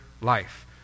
life